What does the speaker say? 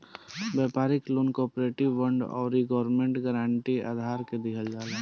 व्यापारिक loan corporate bond आउर government guarantee के आधार पर दिहल जाला